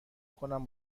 کنم